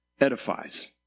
edifies